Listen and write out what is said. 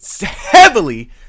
heavily